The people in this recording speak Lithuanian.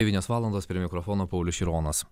devynios valandos prie mikrofono paulius šironas